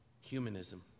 humanism